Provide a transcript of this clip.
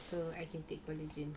so I can take collagen